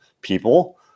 people